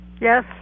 yes